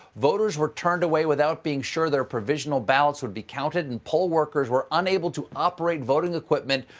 voters were turned away without being sure their provisional ballots would be counted, and poll workers were unable to operate voting equipment,